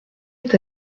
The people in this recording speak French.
est